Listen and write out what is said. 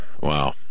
Wow